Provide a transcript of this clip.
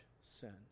sin